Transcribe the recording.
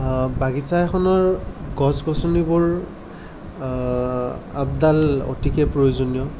বাগিছা এখনৰ গছ গছনিবোৰ আপডাল অতিকে প্ৰয়োজনীয়